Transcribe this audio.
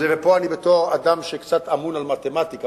ופה בתור בן-אדם שקצת אמון על מתמטיקה,